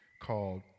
called